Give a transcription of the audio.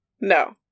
No